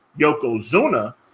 Yokozuna